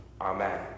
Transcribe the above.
Amen